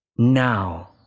Now